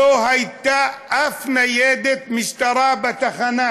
לא הייתה אף ניידת משטרה בתחנה.